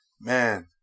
Man